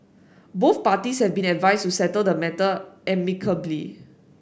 both parties have been advised to settle the matter amicably